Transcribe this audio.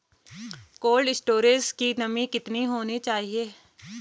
Cold storage की नमी कितनी होनी चाहिए?